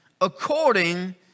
according